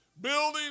building